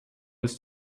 was